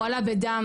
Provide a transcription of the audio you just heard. הוא עלה בדם.